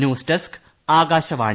news desk Akashvani